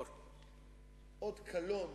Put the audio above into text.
עוד אס.אם.אס,